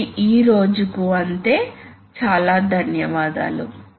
కాబట్టి ఈ రోజుకు పాఠం ఇది ధన్యవాదాలు